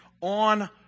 on